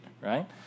right